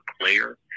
player